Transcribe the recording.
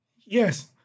Yes